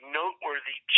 noteworthy